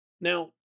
Now